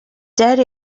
dead